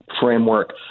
framework